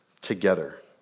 together